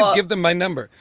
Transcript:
give them my number.